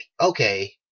okay